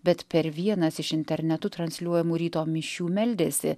bet per vienas iš internetu transliuojamų ryto mišių meldėsi